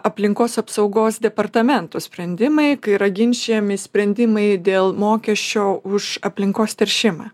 aplinkos apsaugos departamentų sprendimai kai yra ginčijami sprendimai dėl mokesčio už aplinkos teršimą